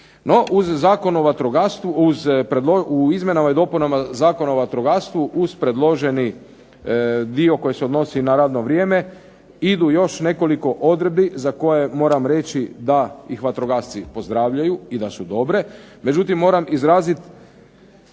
u izmjenama i dopunama Zakona o vatrogastvu uz predloženi dio koji se odnosi na radno vrijeme idu još nekoliko odredbi za koje moram reći da ih vatrogasci pozdravljaju i da su dobre.